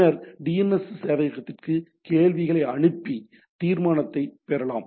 பின்னர் டிஎன்எஸ் சேவையகத்திற்கு கேள்விகளை அனுப்பி தீர்மானத்தைப் பெறலாம்